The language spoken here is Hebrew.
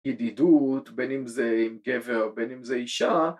‫ידידות, בין אם זה... גבר, בין אם זה אישה,